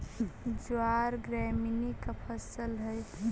ज्वार ग्रैमीनी का फसल हई